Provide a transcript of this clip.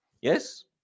Yes